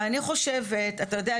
אתה יודע,